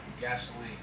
gasoline